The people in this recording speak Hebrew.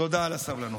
תודה על הסבלנות.